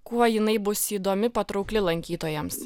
kuo jinai bus įdomi patraukli lankytojams